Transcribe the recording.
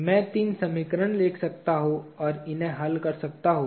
मैं तीन समीकरण लिख सकता हूं और इन्हें हल कर सकता हूं